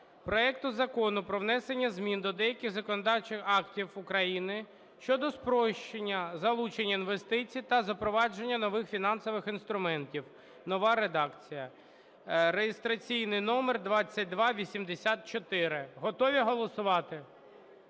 проекту Закону про внесення змін до деяких законодавчих актів України щодо спрощення залучення інвестицій та запровадження нових фінансових інструментів (нова редакція) (реєстраційний номер 2284). Готові голосувати?